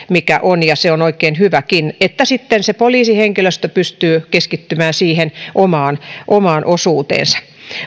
mikä on se on oikein hyväkin että sitten poliisihenkilöstö pystyy keskittymään siihen omaan omaan osuuteensa